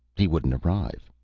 he wouldn't arrive.